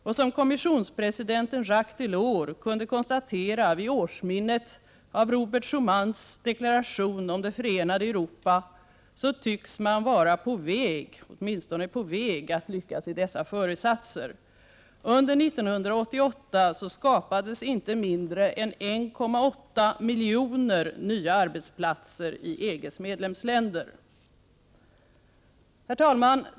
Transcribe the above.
Och som kommissionspresident Jacques Delors kunde konstatera vid årsminnet av Robert Schumans deklaration om det förenade Europa, så tycks man åtminstone vara på väg att lyckas i dessa föresatser. Under 1988 så skapades inte mindre än 1,8 miljoner nya arbetsplatser i EG:s medlemsländer. Herr talman!